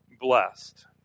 blessed